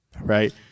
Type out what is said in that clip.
right